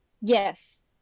yes